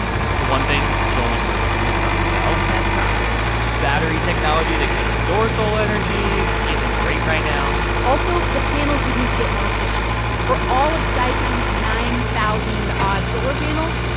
i mean, for one thing, it only works when the sun is out that's a problem battery technology that could store solar energy isn't great right now also, the panels would need to get more efficient. for all of stuytown's nine thousand odd solar panels,